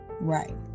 right